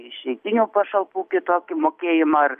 išeitinių pašalpų kitokį mokėjimą ar